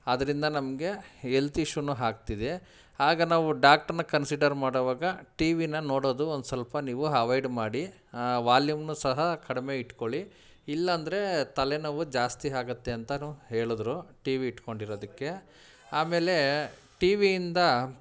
ಅದರಿಂದ ನಮಗೆ ಹೆಲ್ತ್ ಇಶ್ಯೂನೂ ಆಗ್ತಿದೆ ಆಗ ನಾವು ಡಾಕ್ಟ್ರನ್ನ ಕನ್ಸಿಡರ್ ಮಾಡುವಾಗ ಟಿ ವಿನ ನೋಡೋದು ಒಂದು ಸ್ವಲ್ಪ ನೀವು ಹವಾಯ್ಡ್ ಮಾಡಿ ವಾಲ್ಯೂಮನ್ನು ಸಹ ಕಡಿಮೆ ಇಟ್ಟುಕೊಳ್ಳಿ ಇಲ್ಲಾಂದರೆ ತಲೆನೋವು ಜಾಸ್ತಿ ಆಗುತ್ತೆ ಅಂತನೂ ಹೇಳಿದ್ರು ಟಿ ವಿ ಇಟ್ಕೊಂಡಿರೋದಕ್ಕೆ ಆಮೇಲೆ ಟಿ ವಿಯಿಂದ